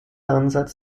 ansatz